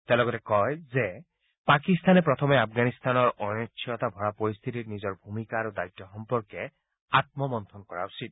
তেওঁ লগতে কয় যে পাকিস্তানে প্ৰথমে আফগানিস্তানৰ অনিশ্চয়তা ভৰা পৰিস্থিতিত নিজৰ ভূমিকা আৰু দায়িত্ব সম্পৰ্কে মন্থন কৰা উচিত